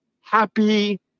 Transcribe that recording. happy